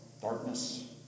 darkness